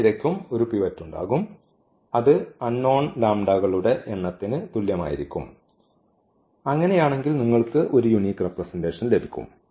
ഓരോ നിരയ്ക്കും ഒരു പിവറ്റ് ഉണ്ടാകും അത് അൻനോൺ കളുടെ എണ്ണത്തിന് തുല്യമായിരിക്കും അങ്ങനെയാണെങ്കിൽ നിങ്ങൾക്ക് ഒരു യൂനിക് റെപ്രെസെന്റഷൻ ലഭിക്കും